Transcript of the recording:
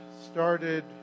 started